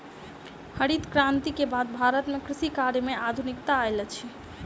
हरित क्रांति के बाद भारत में कृषि कार्य में आधुनिकता आयल अछि